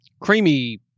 creamy